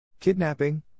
Kidnapping